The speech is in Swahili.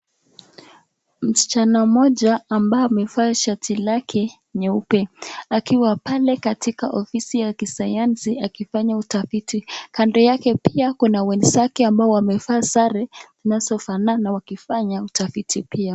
Msichana mmoja, ambaye amevaa shati lake, nyeupe, akiwa pale katika ofisi ya kisayansi akifanya utafiti, kando yake pia, kuna wenzake wamevaa sare, zinazofanana wakifanya utafiti pia.